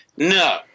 No